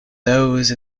those